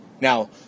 Now